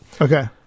Okay